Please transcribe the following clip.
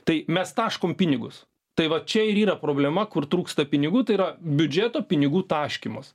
tai mes taškom pinigus tai va čia ir yra problema kur trūksta pinigų tai yra biudžeto pinigų taškymas